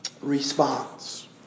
response